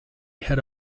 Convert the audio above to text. head